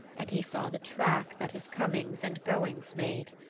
and he saw the track that his comings and goings made.